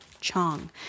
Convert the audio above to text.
Chong